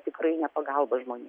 tikrai ne pagalba žmonėm